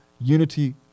unity